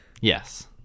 Yes